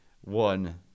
one